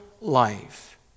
life